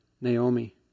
Naomi